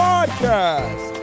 Podcast